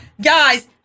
Guys